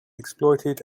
exploited